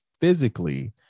physically